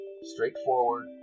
straightforward